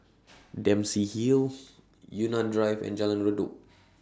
Dempsey Hill Yunnan Drive and Jalan Redop